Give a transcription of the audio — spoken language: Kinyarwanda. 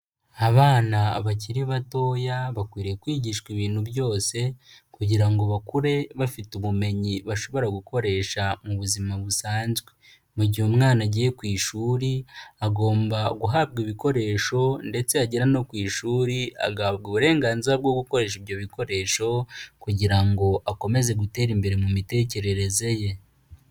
Abana bakiri batoya bakwiriye kwigishwa ibintu byose kugira ngo bakure bafite ubumenyi bashobo gukoresha mu buzima busanzwe, mu gihe umwana agiye ku ishuri agomba guhabwa ibikoresho ndetse yagera no ku ishuri agahabwa uburenganzira bwo gukoresha ibyo bikoresho kugira ngo akomeze gutera imbere mu mitekerereze ye.